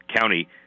County